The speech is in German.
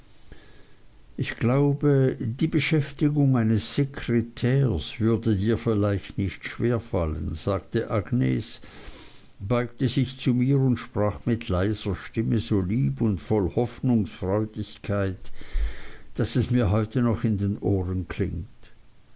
ich glaube die beschäftigung eines sekretärs würde dir vielleicht nicht schwer fallen sagte agnes beugte sich zu mir und sprach mit leiser stimme so lieb und voll hoffnungsfreudigkeit daß es mir heute noch in den ohren klingt